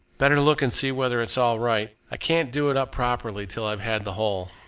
better look and see whether it's all right. i can't do it up properly till i've had the whole.